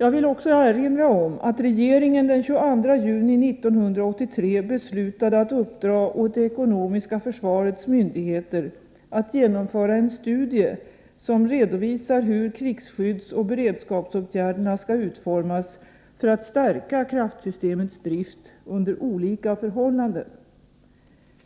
Jag vill också erinra om att regeringen den 22 juni 1983 beslutade att uppdra åt det ekonomiska försvarets myndigheter att genomföra en studie som redovisar hur krigsskyddsoch beredskapsåtgärderna skall utformas för att stärka kraftsystemets drift under olika förhållanden.